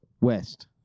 West